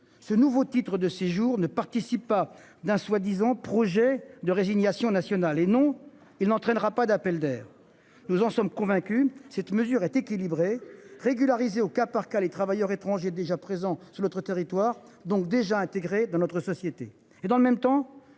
Ce nouveau titre de séjour ne participe pas d'un soi-disant projet de résignation nationale et non il n'entraînera pas d'appel d'air. Nous en sommes convaincus, cette mesure est équilibré régulariser au cas par cas les travailleurs étrangers déjà présents sur notre territoire donc déjà intégré dans notre société et dans le même temps